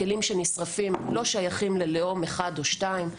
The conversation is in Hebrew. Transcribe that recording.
הכלים שנשרפים לא שייכים ללאום אחד או שניים,